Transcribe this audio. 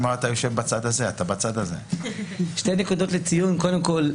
שתי נקודות לציון: קודם כול,